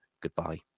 Goodbye